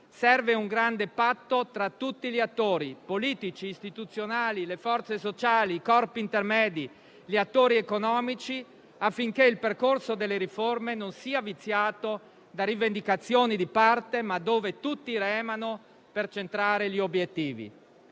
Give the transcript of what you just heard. Serve un grande patto tra tutti gli attori politici e istituzionali, le forze sociali, i corpi intermedi, gli attori economici, affinché il percorso delle riforme non sia viziato da rivendicazioni di parte, e affinché in esso tutti remino per centrare gli obiettivi.